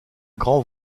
grand